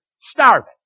starving